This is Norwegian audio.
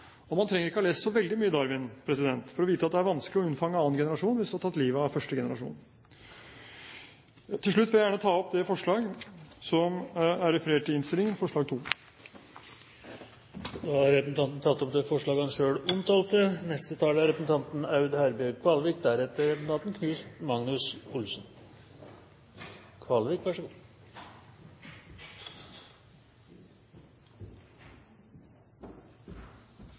biodrivstoff. Man trenger ikke ha lest så veldig mye Darwin for å vite at det er vanskelig å unnfange annen generasjon hvis man har tatt livet av første generasjon. Til slutt vil jeg gjerne ta opp forslag nr. 2 som er referert i innstillingen. Representanten Nikolai Astrup har tatt opp det forslag han refererte til. Det er